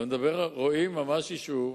רואים ממש יישוב.